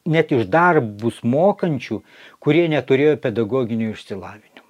net iš darbus mokančių kurie neturėjo pedagoginio išsilavinimo